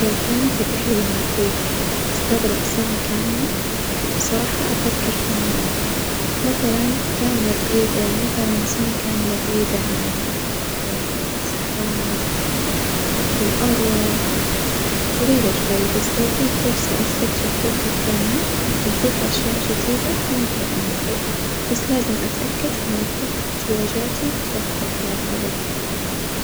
لو كانت الرحلة للمريخ تستغرق سنة كاملة بصراحة أفكر فيها منيح، مثلًا كاملة بعي مثلًا سنة كاملة بعيدة عن الأهل والأصحاب والأرظ طويلة شوي، بس لو في فرصة أستكشف كوكب ثاني وأشوف أشياء جديدة ممكن أوافج بس لازم أتأكد إن كل إحتياجاتي متوفرة خلال الرحلة.